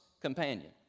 companion